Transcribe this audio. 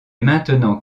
maintenant